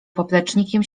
poplecznikiem